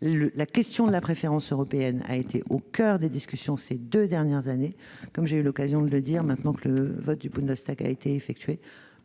La question de la préférence européenne a été au coeur des discussions de ces deux dernières années. Comme j'ai eu l'occasion de le dire, maintenant que le Bundestag a voté en ce sens,